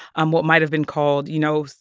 um what might have been called, you know,